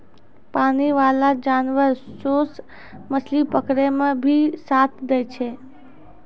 पानी बाला जानवर सोस मछली पकड़ै मे भी साथ दै छै